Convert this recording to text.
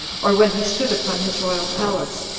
or when he stood upon his royal palace,